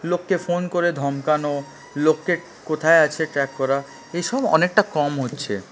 লোককে ফোন করে ধমকানো লোককে কোথায় আছে ট্র্যাক করা এসব অনেকটা কম হচ্ছে